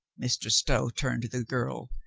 mr. stow turned to the girl,